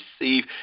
receive